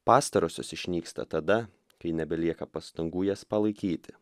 pastarosios išnyksta tada kai nebelieka pastangų jas palaikyti